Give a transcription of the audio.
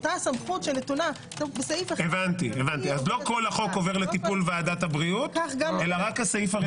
לא כל החוק עובר לטיפול ועדת הבריאות אלא רק הסעיף הרלוונטי.